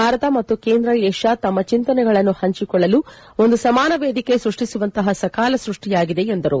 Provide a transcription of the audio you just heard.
ಭಾರತ ಮತ್ತು ಕೇಂದ್ರ ಏಷ್ನಾ ತಮ್ಮ ಚಿಂತನೆಗಳನ್ನು ಪಂಚಿಕೊಳ್ಳಲು ಒಂದು ಸಮಾನ ವೇದಿಕೆ ಸ್ಟಷ್ಟಿಸುವಂತಹ ಸಕಾಲ ಸೃಷ್ಟಿಯಾಗಿದೆ ಎಂದರು